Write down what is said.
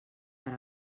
per